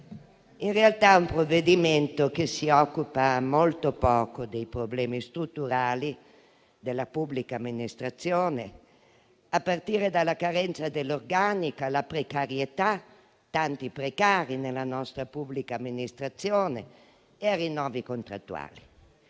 si tratta di un provvedimento che si occupa molto poco dei problemi strutturali della pubblica amministrazione, a partire dalla carenza dell'organico, dalla precarietà - ci sono tanti precari nella nostra pubblica amministrazione - e dai rinnovi contrattuali.